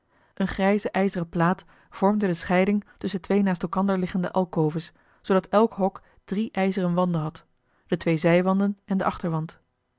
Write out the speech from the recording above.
eene grijze ijzeren plaat vormde de scheiding tusschen twee naast elkander liggende alcoves zoodat elk hok drie ijzeren wanden had de twee zijwanden en den achterwand